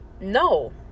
No